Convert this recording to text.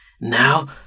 Now